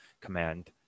command